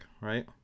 right